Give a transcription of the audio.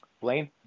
Blaine